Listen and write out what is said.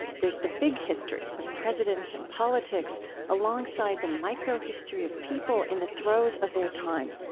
there's the big history of presidents and politics alongside the microhistory of people in the throes of their time.